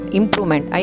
improvement